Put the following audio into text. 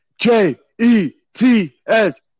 J-E-T-S